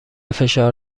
فشار